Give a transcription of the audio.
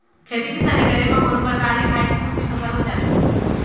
खेती किसानी करे म कोनो परकार ले खाय के पुरती फसल हो जाथे